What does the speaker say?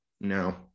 No